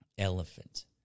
Elephant